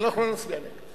אנחנו לא נצביע נגד.